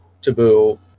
Taboo